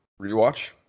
rewatch